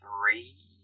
three